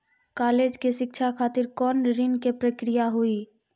College के शिक्षा खातिर कौन ऋण के प्रक्रिया हुई?